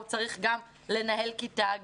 הוא צריך גם לנהל כיתה,